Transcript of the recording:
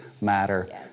matter